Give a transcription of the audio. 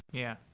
yeah.